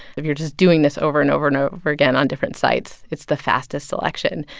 if you're just doing this over and over and over again on different sites, it's the fastest selection.